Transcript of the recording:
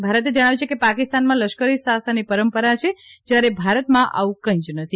ભારતે જણાવ્યું છે કે પાકીસ્તાનમાં લશ્કરી શાસનએ પરંપરા છે જયારે ભારતમાં આવું કઈ જ નથી